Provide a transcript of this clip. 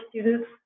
students